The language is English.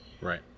Right